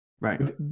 Right